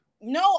No